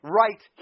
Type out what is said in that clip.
right